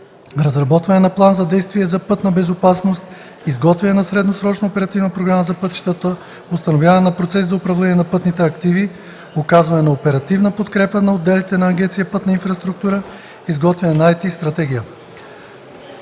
Разработване на план за действие за пътна безопасност. 4. Изготвяне на средносрочна оперативна програма за пътищата. 5. Установяване на процеси за управление на пътните активи. 6. Оказване на оперативна подкрепа на отделите на Агенция „Пътна инфраструктура”. 7. Изготвяне на ИТ стратегия.